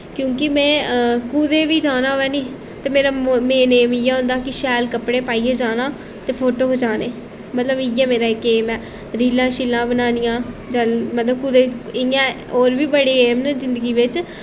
क्योंकि में कुतै बी जाना होऐ नी ते मेरा मेन इ'यै होंदा कि शैल कपड़े पाइयै जाना ते फोटो खचाने मतलब इ'यै मेरा इक ऐम ऐ रीलां शीलां बनानियां मतलब कुदै इ'यां होर बी बड़े ऐम च जिंदगी बिच्च